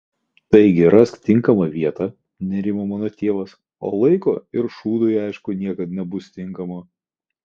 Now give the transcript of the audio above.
taigi rask tinkamą vietą nerimo mano tėvas o laiko ir šūdui aišku niekad nebus tinkamo